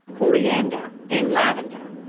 coriander and lavender.